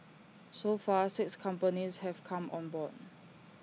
so far six companies have come on board